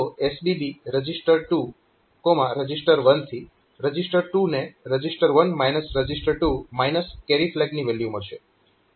તો SBB reg2reg1 થી register 2 ને રજીસ્ટર 1 રજીસ્ટર 2 કેરી ફ્લેગની વેલ્યુ મળશે